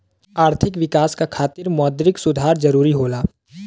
आर्थिक विकास क खातिर मौद्रिक सुधार जरुरी होला